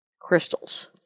crystals